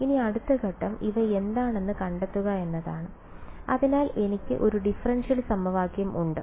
ഇനി അടുത്ത ഘട്ടം ഇവ എന്താണെന്ന് കണ്ടെത്തുക എന്നതാണ് അതിനാൽ എനിക്ക് ഒരു ഡിഫറൻഷ്യൽ സമവാക്യം ഉണ്ട്